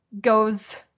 goes